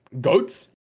goats